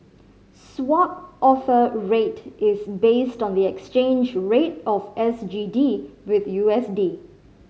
Swap Offer Rate is based on the exchange rate of S G D with U S D